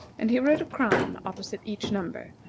and he wrote a crime opposite each number.